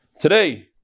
today